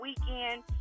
weekend